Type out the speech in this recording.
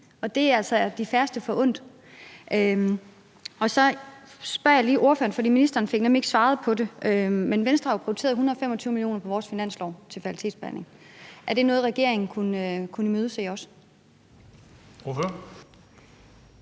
og det er altså de færreste forundt at kunne det. Og så spørger jeg lige ordføreren om noget, som ministeren nemlig ikke fik svaret på. Men Venstre har jo prioriteret 125 mio. kr. på vores finanslov til fertilitetsbehandling. Var det noget, regeringen kunne imødese også?